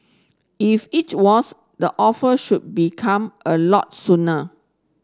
if it was the offer should be come a lot sooner